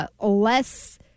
less